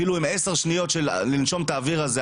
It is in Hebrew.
אפילו בעשר שניות של נשימת האוויר הזה,